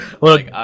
Look